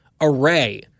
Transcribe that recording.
array